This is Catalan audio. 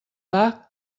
bach